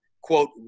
quote